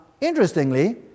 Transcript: interestingly